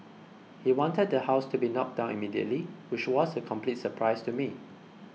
he wanted the house to be knocked down immediately which was a complete surprise to me